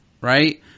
right